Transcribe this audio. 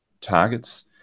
targets